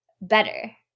better